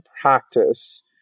practice